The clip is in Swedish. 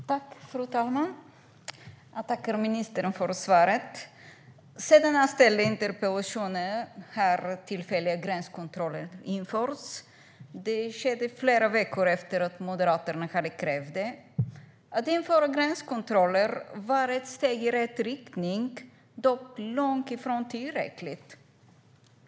Fru talman! Jag tackar ministern för svaret. Sedan jag ställde interpellationen har tillfälliga gränskontroller införts. Det skedde flera veckor efter att Moderaterna hade krävt det. Att införa gränskontroller var ett steg i rätt riktning, dock långt ifrån tillräckligt.